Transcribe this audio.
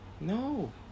No